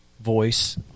voice